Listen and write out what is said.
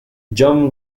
john